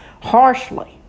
harshly